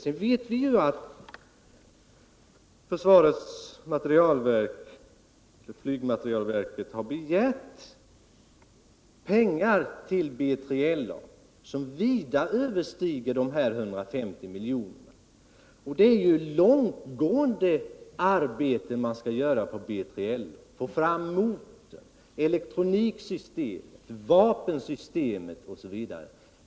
Sedan vet vi att försvarets materielverk har begärt pengar till BJLA till belopp som vida överstiger de här 150 miljonerna. Det är långtgående arbeten som skall göras på B3LA. Man skall få fram motorn, elektroniksystemet, vapensystemet osv.